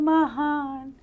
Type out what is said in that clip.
Mahan